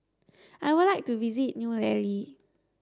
I would like to visit New Delhi